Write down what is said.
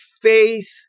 faith